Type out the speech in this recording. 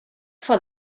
for